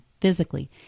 physically